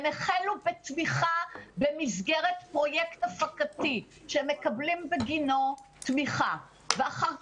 הם החלו בתמיכה במסגרת פרויקט הפקתי שמקבלים בגינו תמיכה ואחר